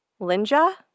Linja